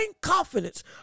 confidence